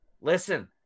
listen